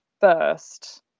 first